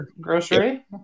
grocery